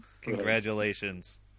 Congratulations